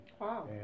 Wow